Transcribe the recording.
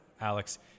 Alex